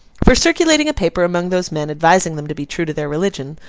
for circulating a paper among those men advising them to be true to their religion,